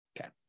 Okay